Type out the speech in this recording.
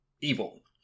evil